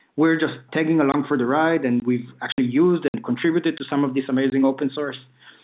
we're just tagging along for the ride and we've actually used and contributed to some of this amazing open source.